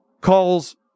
calls